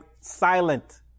silent